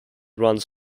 runs